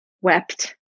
wept